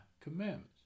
commandments